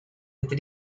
with